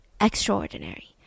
extraordinary